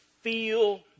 feel